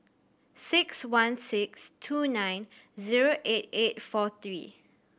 six one six two nine zero eight eight four three